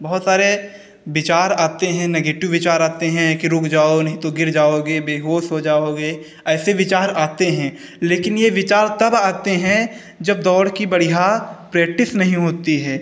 बहुत सारे विचार आते हैं नेगेटिव विचार आते हैं कि रुक जाओ नहीं तो गिर जाओगे बहुत हो जाओगे ऐसे विचार आते हैं लेकिन ये विचार तब आते हैं जब दौड़ की बढ़िया प्रैक्टिस नहीं होती है